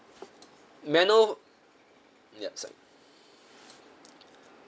may I know ya sorry